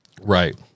Right